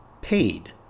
Paid